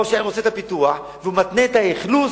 ראש העיר עושה את הפיתוח והוא מתנה את האכלוס